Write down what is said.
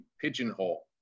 pigeonhole